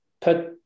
put